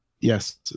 Yes